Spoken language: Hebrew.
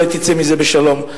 אולי תצא מזה בשלום.